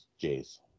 Jays